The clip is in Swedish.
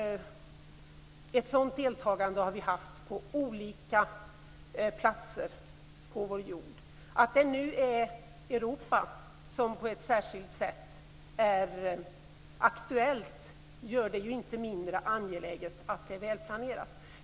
Ett sådant deltagande har vi haft på olika platser på vår jord. Att det nu är Europa som på ett särskilt sätt är aktuellt gör det inte mindre angeläget att det är välplanerat.